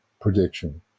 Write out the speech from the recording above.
prediction